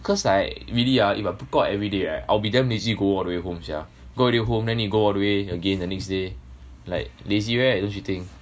because like really ah if I book out everyday right I'll be damn lazy to go all the way home sia go all the way home then need go all the way again the next day like lazy right don't you think